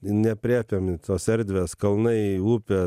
neaprėpiami tos erdvės kalnai upė